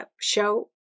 show